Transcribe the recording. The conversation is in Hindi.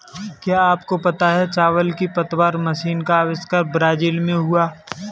क्या आपको पता है चावल की पतवार मशीन का अविष्कार ब्राज़ील में हुआ